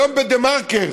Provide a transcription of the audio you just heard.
היום בדה-מרקר,